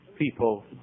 people